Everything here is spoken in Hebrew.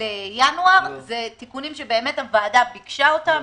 לינואר הם תיקונים שהוועדה ביקשה אותם,